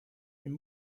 тем